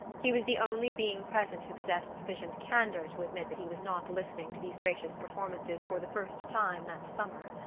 he was the only being present who possessed sufficient candor to admit that he was not listening to these gracious performances for the first time that summer.